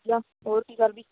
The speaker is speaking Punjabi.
ਵਧੀਆ ਹੋਰ ਕੀ ਕਰਦੀ